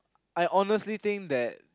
I honestly think that